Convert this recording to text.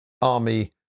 army